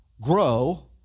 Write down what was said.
grow